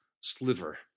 sliver